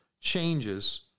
changes